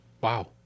wow